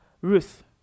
Ruth